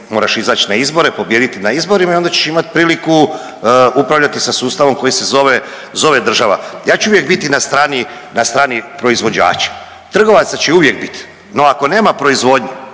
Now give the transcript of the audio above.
moraš izać na izbore, pobijediti na izborima i onda ćeš imat priliku upravljati sa sustavom koji se zove, zove država. Ja ću uvijek biti na strani, na strani proizvođača. Trgovaca će uvijek bit, no ako nema proizvodnje